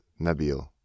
Nabil